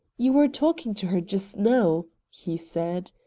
you were talking to her just now, he said.